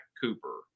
Cooper